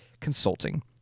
consulting